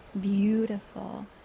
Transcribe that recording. beautiful